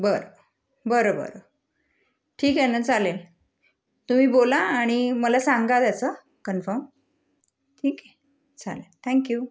बरं बरं बरं ठीक आहे ना चालेल तुम्ही बोला आणि मला सांगा तसं कन्फर्म ठीक आहे चालेल थँक यू